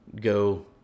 go